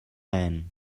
men